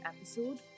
episode